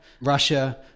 Russia